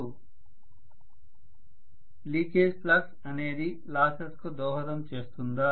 విద్యార్థి leakage flux అనేది losses కు దోహదం చేస్తుందా